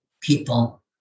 people